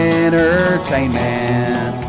entertainment